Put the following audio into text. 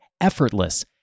Effortless